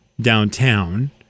downtown